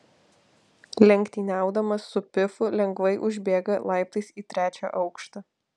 lenktyniaudamas su pifu lengvai užbėga laiptais į trečią aukštą